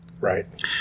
Right